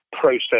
process